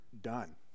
done